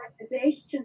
organizations